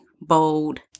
bold